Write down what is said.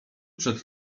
przed